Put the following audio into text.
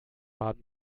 baden